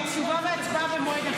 ותשובה והצבעה במועד אחר.